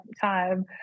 time